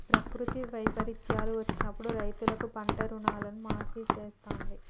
ప్రకృతి వైపరీత్యాలు వచ్చినప్పుడు రైతులకు పంట రుణాలను మాఫీ చేస్తాంది